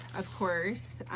of course,